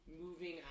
moving